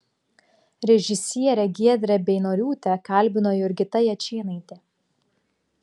režisierę giedrę beinoriūtę kalbino jurgita jačėnaitė